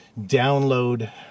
download